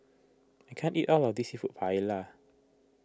I can't eat all of this Seafood Paella